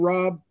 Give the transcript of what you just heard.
Rob